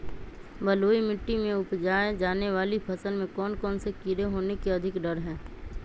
बलुई मिट्टी में उपजाय जाने वाली फसल में कौन कौन से कीड़े होने के अधिक डर हैं?